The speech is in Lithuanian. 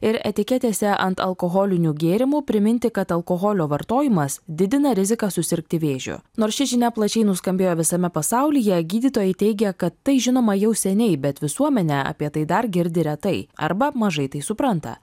ir etiketėse ant alkoholinių gėrimų priminti kad alkoholio vartojimas didina riziką susirgti vėžiu nors ši žinia plačiai nuskambėjo visame pasaulyje gydytojai teigia kad tai žinoma jau seniai bet visuomenę apie tai dar girdi retai arba mažai tai supranta